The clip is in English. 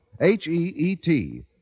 H-E-E-T